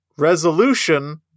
resolution